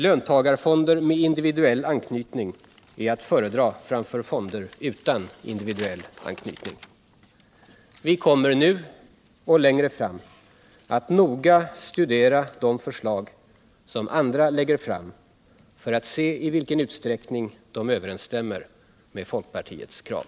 Löntagarfonder med individuell anknytning är att föredra framför fonder utan individuell anknytning. Vi kommer nu och längre fram att noga studera de förslag som andra lägger fram för att se i vilken utsträckning de överensstämmer med folkpartiets krav.